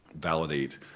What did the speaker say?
validate